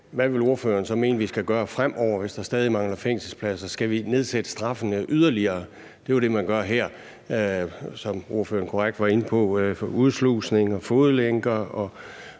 – hvis det her nu ikke er nok til at skaffe flere fængselspladser. Skal vi nedsætte straffene yderligere? Det er jo det, man gør her, som ordføreren korrekt var inde på, med udslusning, fodlænker,